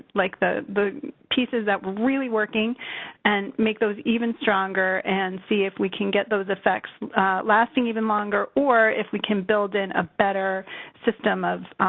like, the pieces that were really working and make those even stronger and see if we can get those effects lasting even longer, or if we can build in a better system of,